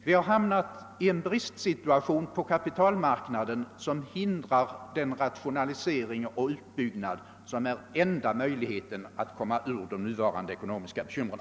Vi har hamnat i en bristsituation på kapitalmarknaden, en situation som hindrar den rationalisering och utbyggnad som är enda möjligheten att komma ur de nuvarande ekonomiska bekymren.